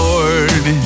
Lord